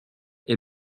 est